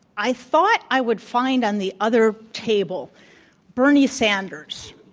i thought i would find on the other table bernie sanders,